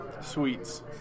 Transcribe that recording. Sweets